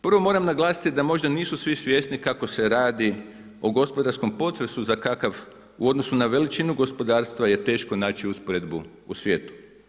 Prvo moram naglasiti da možda nisu svi svjesni o gospodarskom potresu za kakav, u odnosu na veličinu gospodarstva je teško naći usporedbu u svijetu.